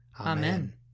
Amen